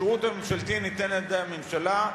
השירות הממשלתי ניתן על-ידי הממשלה,